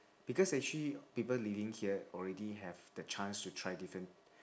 because actually people living here already have the chance to try different